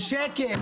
שקר.